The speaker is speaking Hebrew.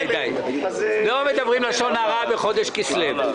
לא מדברים לשון הרע בחודש כסלו.